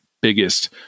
biggest